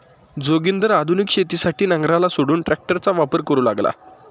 जोगिंदर आधुनिक शेतीसाठी नांगराला सोडून ट्रॅक्टरचा वापर करू लागला